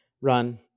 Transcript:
run